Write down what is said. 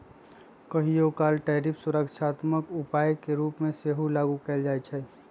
कहियोकाल टैरिफ सुरक्षात्मक उपाय के रूप में सेहो लागू कएल जाइ छइ